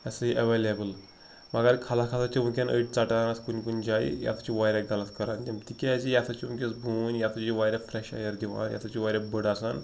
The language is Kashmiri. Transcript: یہِ ہَسا یہِ اٮ۪ویلیبٕل مگر خلق ہَسا چھِ وٕنۍکٮ۪ن أڑۍ ژَٹان اَتھ کُنہِ کُنہِ جایہِ یہِ ہَسا چھِ واریاہ غلط کَران تِم تِکیازِ یہِ ہَسا چھِ وٕنۍکٮ۪س بوٗنۍ یَتھ یی واریاہ فرٛٮ۪ش اَیَر دِوان یہِ ہَسا چھِ واریاہ بٔڑ آسان